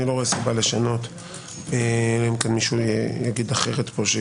איני רואה סיבה לשנות אלא אם כן מישהו פה ישכנע אחרת.